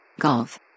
Golf